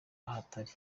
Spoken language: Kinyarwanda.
ahatari